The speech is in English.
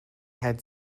had